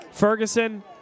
Ferguson